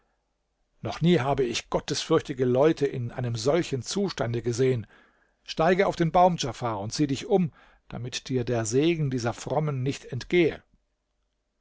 noch nie habe ich gottesfürchtige leute in einem solchen zustande gesehen steige auf den baum djafar und sieh dich um damit dir der segen dieser frommen nicht entgehe